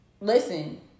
listen